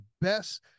best